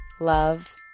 love